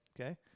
Okay